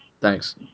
Thanks